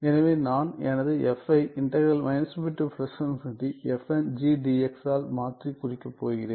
எனவே நான் எனது f ஐ ஆல் மாற்றி குறிக்கப் போகிறேன்